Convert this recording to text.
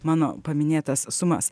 mano paminėtas sumas